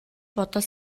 бодол